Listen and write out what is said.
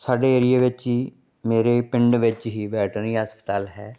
ਸਾਡੇ ਏਰੀਏ ਵਿੱਚ ਹੀ ਮੇਰੇ ਪਿੰਡ ਵਿੱਚ ਹੀ ਵੈਟਰਨੀ ਹਸਪਤਾਲ ਹੈ